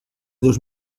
dos